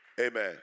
Amen